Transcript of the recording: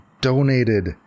donated